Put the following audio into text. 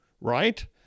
right